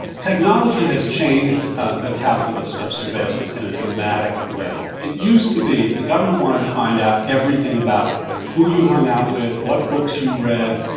technology has changed the calculus of surveillance in a dramatic way. it used to be if the government wanted to find out everything about who you hung out with, what books you read,